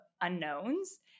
unknowns